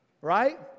right